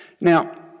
now